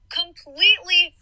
completely